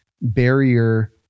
barrier